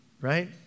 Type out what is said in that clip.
right